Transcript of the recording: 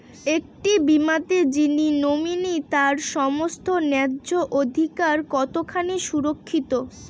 একটি বীমাতে যিনি নমিনি তার সমস্ত ন্যায্য অধিকার কতখানি সুরক্ষিত?